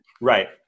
Right